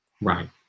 Right